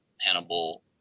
Hannibal